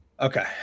Okay